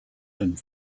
and